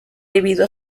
debido